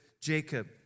Jacob